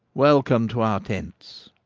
welcome to our tents.